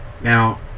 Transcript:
Now